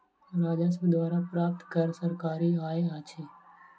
राजस्व द्वारा प्राप्त कर सरकारी आय अछि